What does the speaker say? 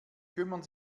kümmern